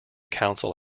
council